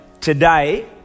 today